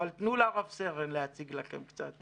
אבל תנו לרב סרן להציג לכם קצת.